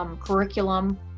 Curriculum